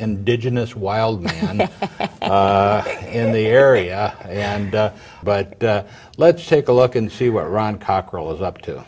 indigenous wild in the area and but let's take a look and see what ron cockrell is up to